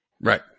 Right